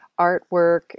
artwork